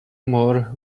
more